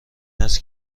است